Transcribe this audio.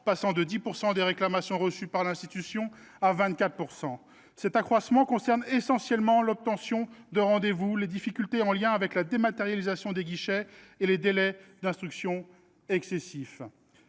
passant de 10 % à 24 % des réclamations reçues par l’institution. Cet accroissement concerne essentiellement l’obtention de rendez vous, les difficultés liées à la dématérialisation des guichets et les délais d’instruction excessifs.